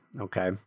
okay